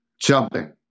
jumping